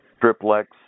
triplex